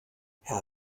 herr